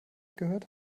gehört